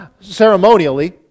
ceremonially